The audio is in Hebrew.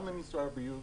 גם למשרד הבריאות.